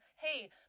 hey